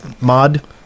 mod